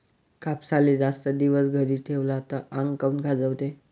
कापसाले जास्त दिवस घरी ठेवला त आंग काऊन खाजवते?